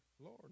Lord